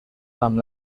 amb